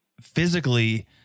physically